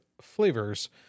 flavors